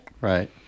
Right